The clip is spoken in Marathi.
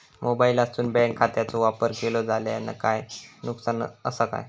मोबाईलातसून बँक खात्याचो वापर केलो जाल्या काय नुकसान असा काय?